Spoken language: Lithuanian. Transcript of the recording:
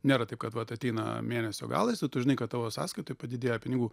nėra taip kad vat ateina mėnesio galas ir tu žinai kad tavo sąskaitoj padidėja pinigų